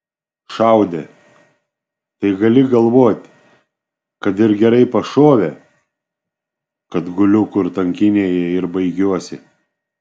šaudė tai gali galvoti kad ir gerai pašovė kad guliu kur tankynėje ir baigiuosi